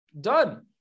Done